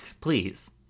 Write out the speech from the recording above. Please